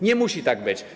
Nie musi tak być.